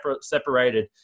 separated